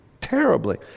terribly